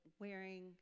wearing